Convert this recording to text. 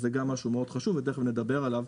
אז גם זה משהו מאוד חשוב ותיכף נדבר עליו.